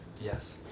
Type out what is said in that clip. Yes